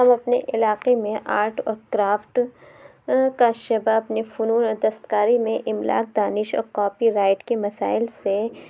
ہم اپنے علاقے میں آرٹ اور کرافٹ کا شیپ اپنے فنون اور دستکاری میں املاک دانش اور کاپی رائٹ کے مسائل سے